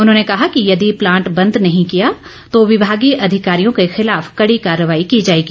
उन्होंने कहा कि यदि प्लांट बंद नहीं किया तो विभागीय अधिकारियों के खिलाफ कड़ी कार्रवाई की जाएगी